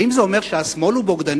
האם זה אומר שהשמאל הוא בוגדני?